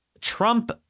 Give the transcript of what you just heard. Trump